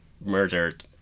murdered